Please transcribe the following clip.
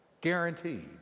guaranteed